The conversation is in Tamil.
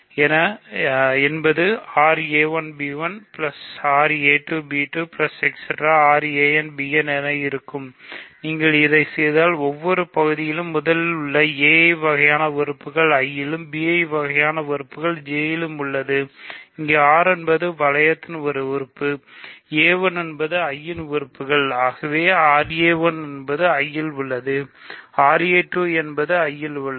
r என்பது r என இருக்கும் நீங்கள் இதைச் செய்தால் ஒவ்வொரு பகுதியிலும் முதலில் உள்ள வகையான உறுப்புகள் I லும் வகையான உறுப்புகள் J இல் உள்ளது இங்கு r என்பது வளையத்தின் ஒரு உறுப்பு என்பது I இன் ஒரு உறுப்பு ஆகவே r I இல் உள்ளது ra2 I இல் உள்ளது